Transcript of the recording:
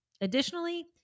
Additionally